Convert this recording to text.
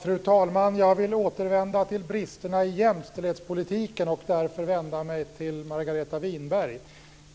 Fru talman! Jag vill återvända till bristerna i jämställdhetspolitiken och därför vända mig till Margareta Winberg.